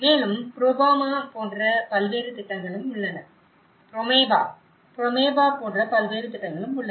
மேலும் புரோமேபா போன்ற பல்வேறு திட்டங்களும் உள்ளன